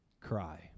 cry